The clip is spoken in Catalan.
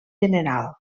general